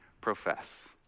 profess